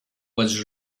was